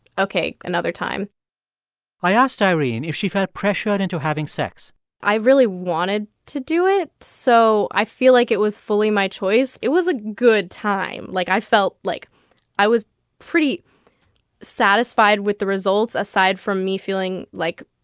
ok, another time i asked irene if she felt pressured into having sex i really wanted to do it, so i feel like it was fully my choice. it was a good time. like, i felt like i was pretty satisfied with the results aside from me feeling like,